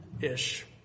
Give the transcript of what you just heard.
Ish